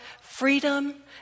freedom